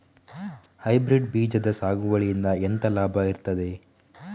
Hybrid ಬೀಜದ ಸಾಗುವಳಿಯಿಂದ ಎಂತ ಲಾಭ ಇರ್ತದೆ?